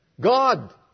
God